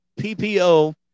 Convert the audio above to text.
PPO